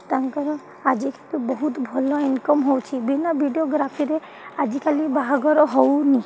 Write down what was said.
ତାଙ୍କର ଆଜିକାଲି ବହୁତ ଭଲ ଇନ୍କମ୍ ହେଉଛି ବିନା ଭିଡ଼ିଓଗ୍ରାଫିରେ ଆଜିକାଲି ବାହାଘର ହେଉନି